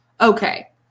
Okay